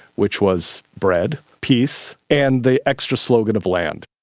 which was bread, peace, and the extra slogan of land.